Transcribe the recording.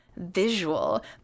visual